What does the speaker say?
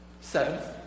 Seventh